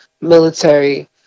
military